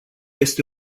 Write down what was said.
este